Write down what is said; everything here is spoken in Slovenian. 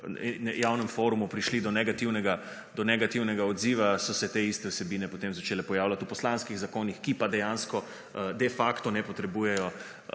javnem forumu prišli do negativnega odziva, so se te iste vsebine potem začele pojavljati v poslanskih zakonih, ki pa dejansko de facto ne potrebujejo,